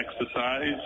exercise